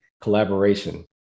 collaboration